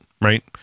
right